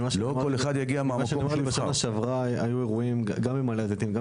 בשנה שעברה היו אירועים גם במעלה הזיתים וגם